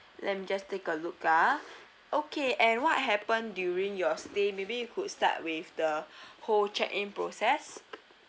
let me just take a look ah okay and what happen during your stay maybe you could start with the whole check in process